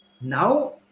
now